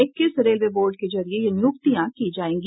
इक्कीस railway board के जरिये ये नियुक्तियां की जायेंगी